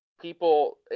people